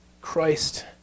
Christ